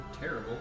Terrible